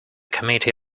committee